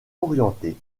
orienté